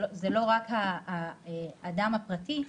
זה לא רק האדם הפרטי,